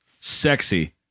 Sexy